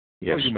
Yes